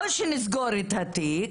או שנסגור את התיק,